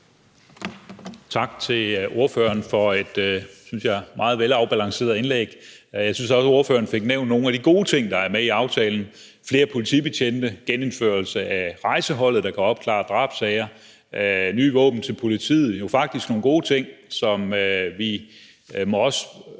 Tak til ordføreren for et, synes jeg, meget velafbalanceret indlæg. Jeg synes også, ordføreren fik nævnt nogle af de gode ting, der er med i aftalen, såsom flere politibetjente, genindførelse af rejseholdet, der kan opklare drabssager, og nye våben til politiet – det er faktisk nogle gode tiltag, som vi også